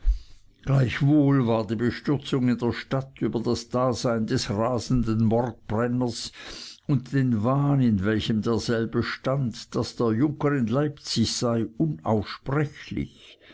gleichwohl war die bestürzung in der stadt über das dasein des rasenden mordbrenners und den wahn in welchem derselbe stand daß der junker in leipzig sei unaussprechlich